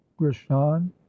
Grishan